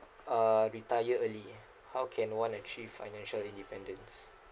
uh retire early how can one achieve financial independence